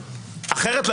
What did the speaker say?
אחרת,